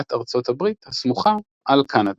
בירת ארצות הברית הסמוכה, על קנדה.